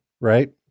right